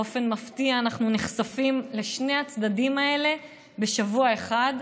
באופן מפתיע אנחנו נחשפים לשני הצדדים האלה בשבוע אחד,